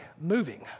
moving